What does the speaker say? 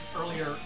earlier